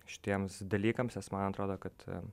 šitiems dalykams nes man atrodo kad